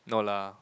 no lah